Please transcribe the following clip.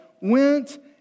went